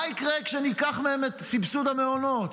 מה יקרה כשניקח מהן את סבסוד המעונות?